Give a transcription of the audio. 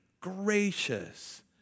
gracious